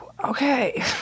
Okay